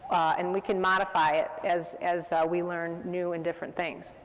and we can modify it, as as we learn new and different things.